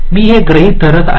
मी हे गृहित धरत आहे